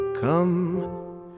Come